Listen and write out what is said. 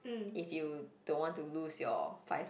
if you don't want to lose your five